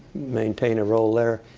maintain a role there.